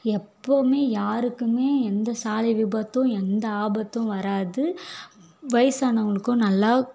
எப்பவும் யாருக்கும் எந்த சாலை விபத்தும் எந்த ஆபத்தும் வராது வயசானவங்களுக்கும் நல்லா